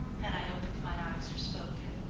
had i opened my eyes or spoken.